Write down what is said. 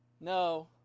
No